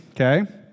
okay